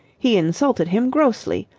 he insulted him grossly.